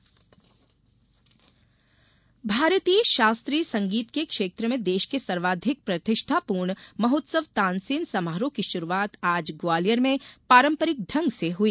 तानसेन समारोह भारतीय शास्त्रीय संगीत के क्षेत्र में देश के सर्वाधिक प्रतिष्ठापूर्ण महोत्सव तानसेन समारोह की शुरूआत आज ग्वालियर में पारंपरिक ढंग से हुई